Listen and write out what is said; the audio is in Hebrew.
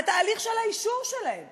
התהליך של האישור שלהם